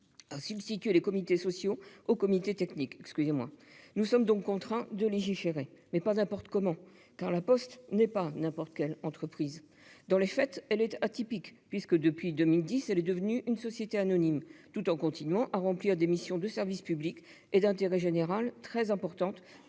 a substitué les comités sociaux aux comités techniques. Nous sommes donc contraints de légiférer, mais pas n'importe comment, car La Poste n'est pas n'importe quelle entreprise. Dans les faits, elle est atypique, puisqu'elle est devenue en 2010 une société anonyme tout en continuant à accomplir des missions de service public et d'intérêt général très importantes